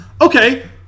Okay